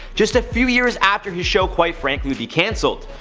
just a few years after his show quite frankly would be cancelled.